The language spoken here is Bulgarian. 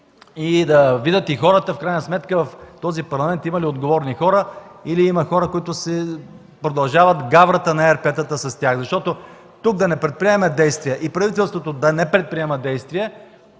да видят и хората в крайна сметка дали в този парламент има отговорни хора или хора, които продължават гаврата на ЕРП-тата с тях. Защото да не предприемаме действия тук и правителството да не предприема действия